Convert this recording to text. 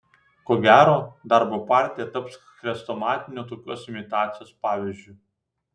ko gero darbo partija taps chrestomatiniu tokios imitacijos pavyzdžiu